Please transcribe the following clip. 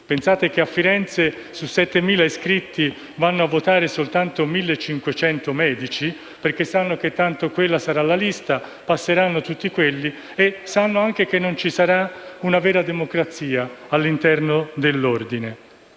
pensate che a Firenze, su 7.000 iscritti, vanno a votare soltanto 1.500 medici, perché sanno che tanto quella sarà la lista vincitrice e sanno anche che non ci sarà una vera democrazia all'interno dell'Ordine,